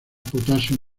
potasio